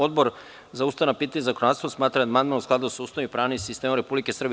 Odbor za ustavna pitanja i zakonodavstvo smatra da je amandman u skladu sa Ustavom i pravnim sistemom Republike Srbije.